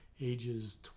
ages